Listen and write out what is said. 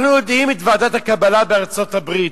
אנחנו יודעים שיש ועדת קבלה בארצות-הברית,